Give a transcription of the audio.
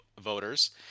voters